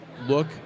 look